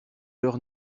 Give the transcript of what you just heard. leur